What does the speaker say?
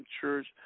church